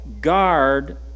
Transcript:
guard